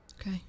Okay